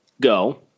go